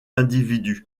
individus